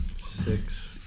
Six